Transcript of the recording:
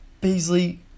Beasley